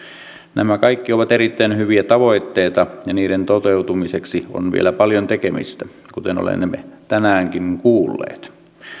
nämä kaikki ovat erittäin hyviä tavoitteita ja niiden toteutumiseksi on vielä paljon tekemistä kuten olemme tänäänkin kuulleet